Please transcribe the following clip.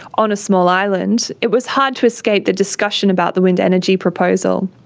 on a small island, it was hard to escape the discussion about the wind energy proposal.